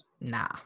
Nah